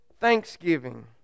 Thanksgiving